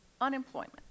unemployment